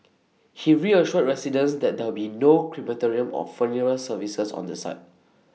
he reassured residents that there be no crematorium or funeral services on the site